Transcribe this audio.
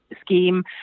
scheme